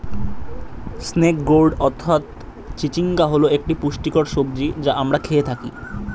snake gourd অর্থাৎ চিচিঙ্গা হল একটি পুষ্টিকর সবজি যা আমরা খেয়ে থাকি